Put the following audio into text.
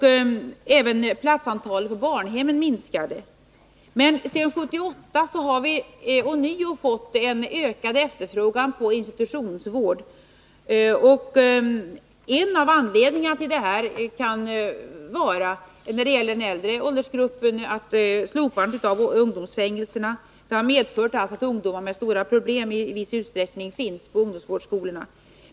Även antalet platser på barnhemmen minskade. Men sedan 1978 har vi ånyo fått en ökning av efterfrågan på institutionsvård. När det gäller den äldre åldersgruppen kan en av anledningarna vara att slopandet av ungdomsfängelserna har medfört att ungdomar med stora problem nu i viss utsträckning finns på ungdomsvårds skolorna.